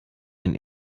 einen